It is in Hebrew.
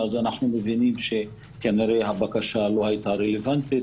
אז אנחנו מבינים שכנראה הבקשה לא הייתה רלוונטית